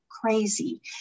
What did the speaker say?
crazy